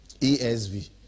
ESV